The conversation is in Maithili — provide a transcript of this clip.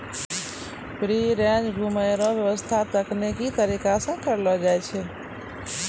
फ्री रेंज घुमै रो व्याबस्था तकनिकी तरीका से करलो जाय छै